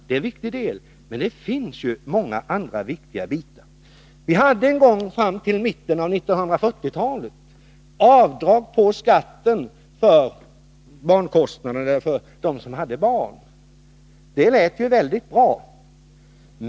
Det är en viktig del, men det finns många andra viktiga bitar. Vi hade en gång, fram till mitten av 1940-talet, avdrag på skatten för barnkostnader för dem som hade barn. Det lät väldigt bra.